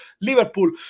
liverpool